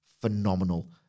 phenomenal